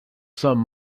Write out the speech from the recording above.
some